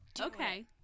Okay